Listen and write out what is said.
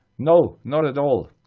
no, not at all.